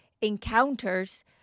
encounters